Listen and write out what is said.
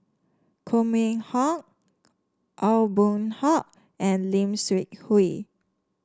Koh Mun Hong Aw Boon Haw and Lim Seok Hui